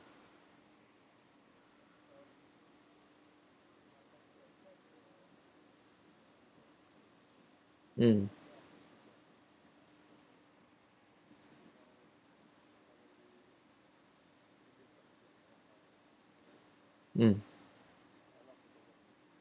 mm mm